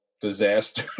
disaster